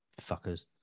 Fuckers